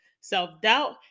self-doubt